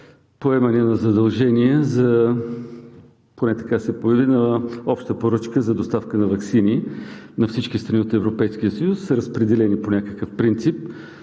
поемане на задължение за обща поръчка за доставка на ваксини на всички страни от Европейския съюз, разпределени по някакъв принцип.